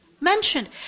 Mentioned